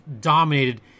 dominated